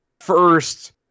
first